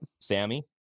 Sammy